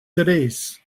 tres